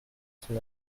son